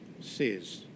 says